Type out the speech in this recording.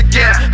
Again